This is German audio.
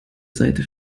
seite